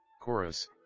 Chorus